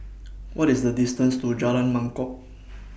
What IS The distance to Jalan Mangkok